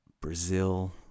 Brazil